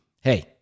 Hey